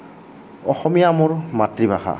অসমীয়া মোৰ মাতৃভাষা